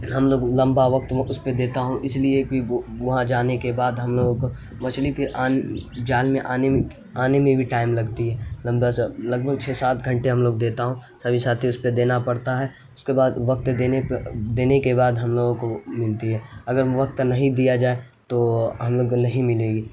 ہم لوگ لمبا وقت اس پہ دیتا ہوں اس لیے کہ وہاں جانے کے بعد ہم لوگوں کو مچھلی پھر آنے جال میں آنے میں آنے میں بھی ٹائم لگتی ہے لمبا سا لگ بھگ چھ سات گھنٹے ہم لوگ دیتا ہوں سبھی ساتھی اس پہ دینا پڑتا ہے اس کے بعد وقت دینے پہ دینے کے بعد ہم لوگوں کو ملتی ہے اگر وقت نہیں دیا جائے تو ہم لوگوں کو نہیں ملے گی